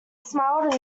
smiled